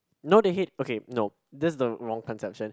no they hate okay no this is the wrong conception